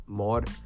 more